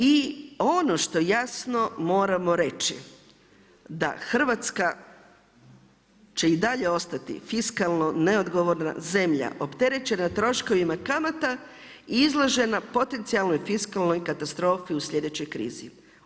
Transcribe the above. I ono što jasno moramo reći da Hrvatska će i dalje ostati fiskalno neodgovorna zemlja opterećena troškovima kamata, izložena potencijalnoj fiskalnoj katastrofi u sljedećoj krizi.